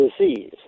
disease